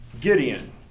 Gideon